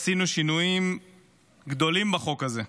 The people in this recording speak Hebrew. עשינו שינויים גדולים בחוק הזה.